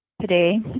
today